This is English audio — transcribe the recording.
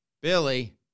Billy